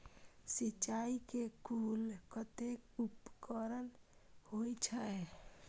सिंचाई के कुल कतेक उपकरण होई छै?